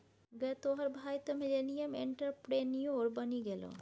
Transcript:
गै तोहर भाय तँ मिलेनियल एंटरप्रेन्योर बनि गेलौ